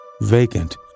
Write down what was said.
vacant